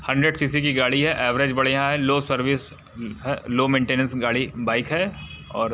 hundred C C की गाड़ी है एवरेज बढ़िया है लो सर्विस है लो मेंटेनेंस गाड़ी बाइक है और